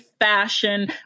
Fashion